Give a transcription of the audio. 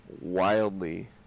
wildly